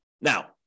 Now